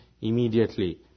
immediately